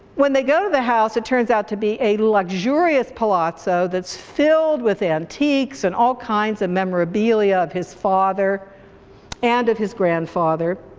when they go to the house it turns out to be a luxurious palazzo that's filled with antiques and all kinds of memorabilia of his father and of his grandfather.